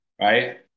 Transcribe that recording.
right